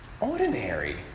ordinary